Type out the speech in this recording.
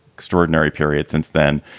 extraordinary period since then.